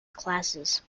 classes